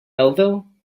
melville